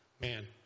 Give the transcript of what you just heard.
man